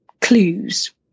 clues